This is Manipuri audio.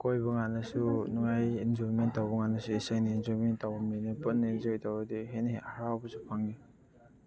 ꯀꯣꯏꯕ ꯀꯥꯟꯗꯁꯨ ꯅꯨꯡꯉꯥꯏ ꯏꯟꯖꯣꯏꯃꯦꯟ ꯇꯧꯕ ꯀꯥꯟꯗꯁꯨ ꯏꯁꯩꯅ ꯏꯟꯖꯣꯏꯃꯦꯟ ꯇꯧꯕ ꯃꯤꯅꯦ ꯄꯨꯟꯅ ꯏꯟꯖꯣꯏ ꯇꯧꯔꯗꯤ ꯍꯦꯟꯅ ꯍꯔꯥꯎꯕꯁꯨ ꯐꯪꯉꯦ